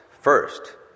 first